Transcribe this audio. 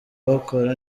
bakora